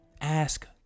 ask